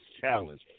challenge